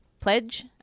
pledge